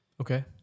Okay